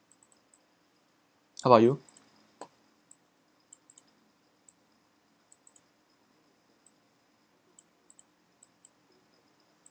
how about you